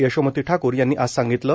यशोमती ठाकूर यांनी आज सांगितलं